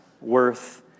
Worth